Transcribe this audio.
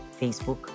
Facebook